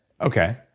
Okay